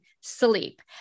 sleep